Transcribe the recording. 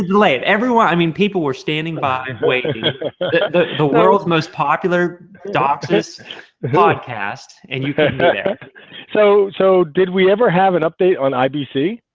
late everyone. i mean people were standing by wait the world's most popular docsis vodcast and you can bet so so did we ever have an update on ibc?